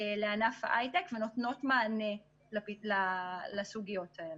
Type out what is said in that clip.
לענף ההיי-טק ונותנות מענה לסוגיות האלה.